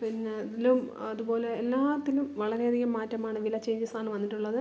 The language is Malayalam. പിന്നെ ഇതിലും അതുപോലെ എല്ലാത്തിനും വളരെയധികം മാറ്റമാണ് വില ചേയ്ഞ്ചസാണ് വന്നിട്ടുള്ളത്